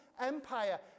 empire